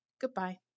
Goodbye